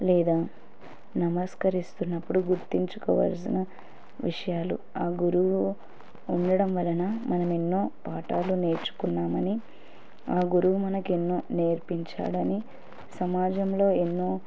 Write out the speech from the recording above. లేదా నమస్కరిస్తున్నప్పుడు గుర్తుంచుకోవల్సిన విషయాలు ఆ గురువు ఉండడం వలన మనం ఎన్నో పాఠాలు నేర్చుకున్నామని ఆ గురువు మనకెన్నో నేర్పించాడని సమాజంలో ఎన్నో